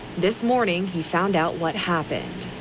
this morning he found out what happened.